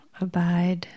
Abide